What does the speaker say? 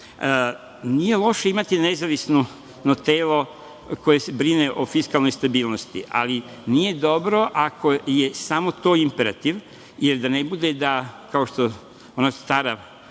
loše imati nezavisno telo koje brine o fiskalnoj stabilnost, ali nije dobro ako je samo to imperativ, jer da ne bude da, kao što ona stara